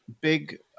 big